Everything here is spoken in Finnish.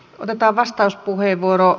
otetaan vastauspuheenvuoro